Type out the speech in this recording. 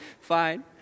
fine